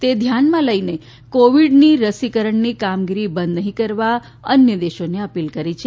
તે ધ્યાનમાં લઇને કોવીડના રસીકરણની કામગીરી બંધ નહિં કરવા અન્ય દેશોને અપીલ કરી છે